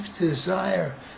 desire